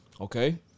Okay